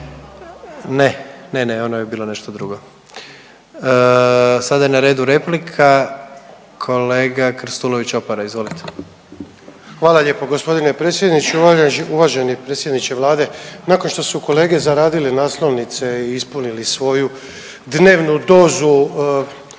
Ne, ne, ono je bilo nešto drugo. Sada je na redu replika, kolega Krstulović Opara izvolite. **Krstulović Opara, Andro (HDZ)** Hvala lijepo g. predsjedniče. Uvaženi predsjedniče Vlade, nakon što su kolege zaradile naslovnice i ispunili svoju dnevnu dozu